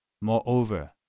Moreover